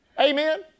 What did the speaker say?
Amen